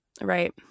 Right